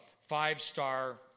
five-star